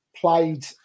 played